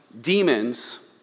demons